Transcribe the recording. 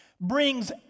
brings